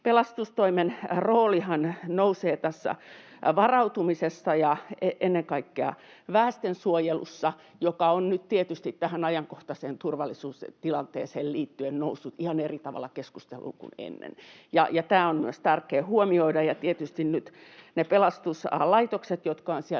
Pelastustoimen roolihan nousee varautumisessa ja ennen kaikkea väestönsuojelussa, joka on nyt tietysti tähän ajankohtaiseen turvallisuustilanteeseen liittyen noussut ihan eri tavalla keskusteluun kuin ennen, ja tämä on myös tärkeää huomioida. Tietysti nyt pelastuslaitokset ovat siellä